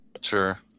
Sure